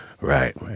Right